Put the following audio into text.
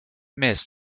mist